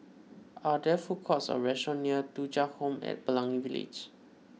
are there food courts or restaurants near Thuja Home at Pelangi Village